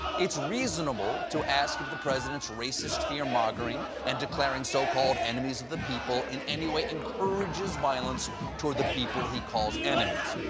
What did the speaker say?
it's reasonable to ask if the president's racist fear-mongering, and declaring so-called enemies of the people, in any way encourages violence toward the people he calls enemies.